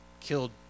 Killed